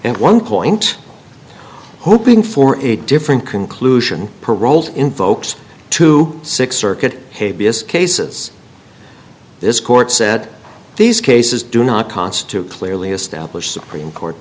and one point hoping for a different conclusion paroled invokes to six circuit b s cases this court said these cases do not constitute clearly established supreme court